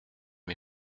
mes